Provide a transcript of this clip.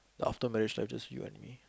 after marriage I just see what to me